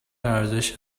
ارزش